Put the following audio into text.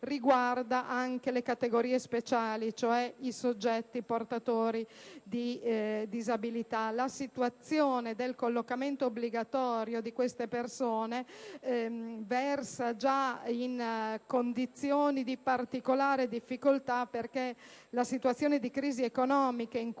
riguardi anche le categorie speciali, cioè i soggetti portatori di disabilità. La situazione del collocamento obbligatorio di queste persone versa già in condizioni di particolare difficoltà perché la situazione di crisi economica in